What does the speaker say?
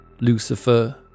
Lucifer